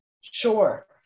Sure